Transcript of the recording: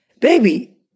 baby